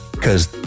Cause